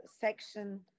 section